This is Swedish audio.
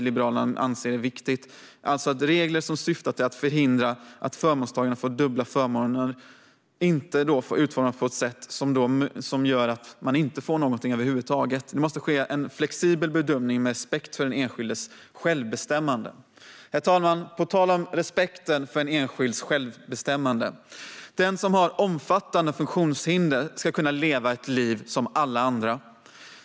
Liberalerna anser att det är viktigt att regler som syftar till att förhindra att förmånstagare får dubbla förmåner inte utformas på ett sätt som gör att man riskerar att inte få något över huvud taget. Det måste ske en flexibel bedömning med respekt för den enskildes självbestämmande. Herr talman! På tal om respekten för den enskildes självbestämmande: Den som har omfattande funktionshinder ska kunna leva ett liv som alla andra.